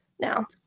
now